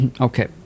okay